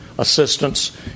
Assistance